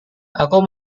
aku